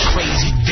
Crazy